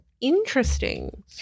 Interesting